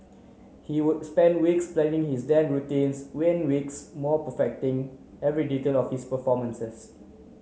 he would spend weeks planning his routines when weeks more perfecting every detail of his performances